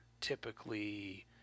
typically